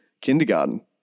kindergarten